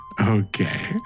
Okay